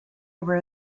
were